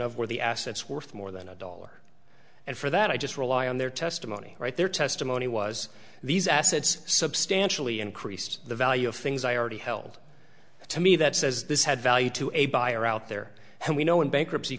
of where the assets worth more than a dollar and for that i just rely on their testimony write their testimony was these assets substantially increased the value of things i already held to me that says this had value to a buyer out there and we know in bankruptcy